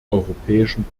europäischen